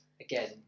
Again